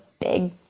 big